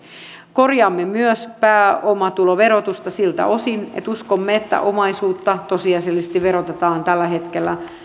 korjaamme myös pääomatuloverotusta siltä osin että uskomme että omaisuutta tosiasiallisesti verotetaan liian vähän tällä hetkellä